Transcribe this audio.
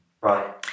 right